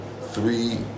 three